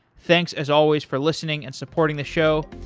thanks as always for listening and supporting the show.